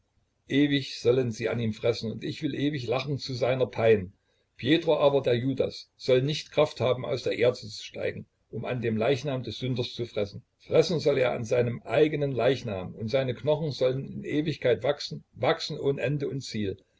ewig sollen sie an ihm fressen und ich will ewig lachen zu seiner pein pjetro aber der judas soll nicht kraft haben aus der erde zu steigen um an dem leichnam des sünders zu fressen fressen soll er an seinem eigenen leichnam und seine knochen sollen in ewigkeit wachsen wachsen ohn ende und ziel